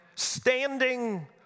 standing